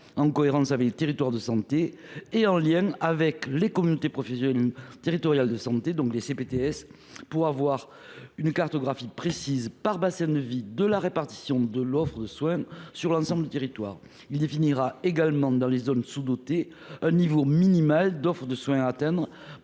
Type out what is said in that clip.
en cohérence avec les territoires de santé et en lien avec les communautés professionnelles territoriales de santé (CPTS) pour disposer d’une cartographie précise par bassin de vie de la répartition de l’offre de soins sur l’ensemble du territoire. Il définirait également, dans les zones sous dotées, un niveau minimal d’offres de soins à atteindre